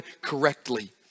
correctly